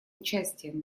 участием